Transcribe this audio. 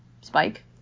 spike